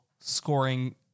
scoring